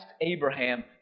Abraham